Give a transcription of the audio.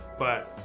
but